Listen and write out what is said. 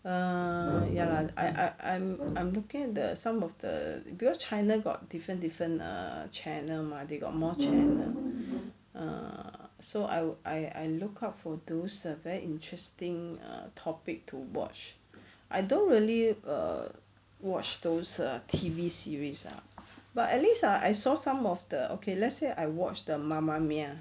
err ya lah I I I'm I'm looking at the some of the cause china got different different err channel mah they got more channel err so I I I look out for those err very interesting err topic to watch I don't really err watch those err T_V series ah but at least ah I saw some of the okay let's say I watch the mammamia